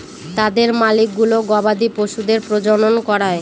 তাদের মালিকগুলো গবাদি পশুদের প্রজনন করায়